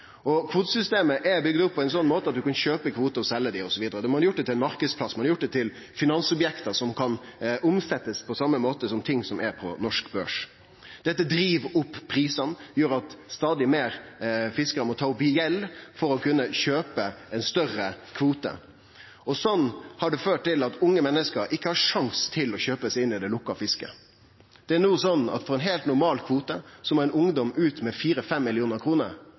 deregulert kvotesystemet. Kvotesystemet er bygd opp på ein slik måte at ein kan kjøpe kvotar og selje dei osv. Ein har gjort det til ein marknadsplass, ein har gjort det til finansobjekt som kan bli omsette på same måte som ting som er på den norske børsen. Dette driv opp prisane og gjer at stadig fleire fiskarar må ta opp gjeld for å kunne kjøpe ein større kvote, og slik har det ført til at unge menneske ikkje har sjanse til å kjøpe seg inn i det lukka fisket. Det er no slik at for ein heilt normal kvote må ein ungdom ut med